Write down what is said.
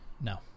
No